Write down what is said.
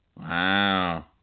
Wow